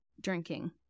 drinking